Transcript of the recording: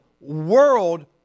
world